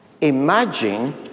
Imagine